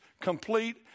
complete